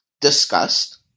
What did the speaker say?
disgust